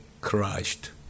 Christ